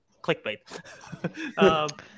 clickbait